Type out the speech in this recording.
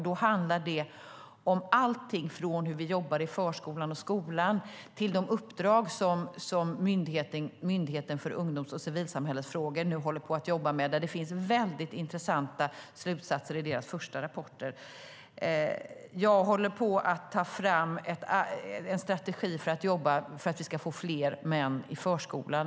Då handlar det om alltifrån hur man jobbar i förskolan och skolan till de uppdrag som Myndigheten för ungdoms och civilsamhällesfrågor nu håller på att jobba med. Det finns väldigt intressanta slutsatser i deras första rapporter. Jag håller på att ta fram en strategi för att vi ska få fler män i förskolan.